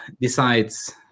decides